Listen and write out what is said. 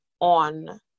on